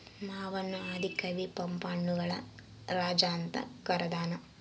ಮಾವನ್ನು ಆದಿ ಕವಿ ಪಂಪ ಹಣ್ಣುಗಳ ರಾಜ ಅಂತ ಕರದಾನ